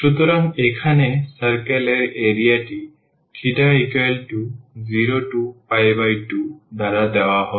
সুতরাং এখানে circle এই area টি θ0 to2 দ্বারা দেওয়া হবে